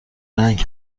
رنگ